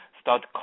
Start